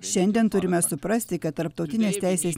šiandien turime suprasti kad tarptautinės teisės